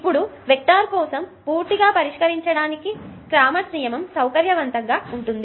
ఇప్పుడువెక్టర్ కోసం పూర్తిగా పరిష్కరించడానికి చూసినప్పుడు ఈ క్రామర్స్ నియమం సౌకర్యవంతంగా ఉంటుంది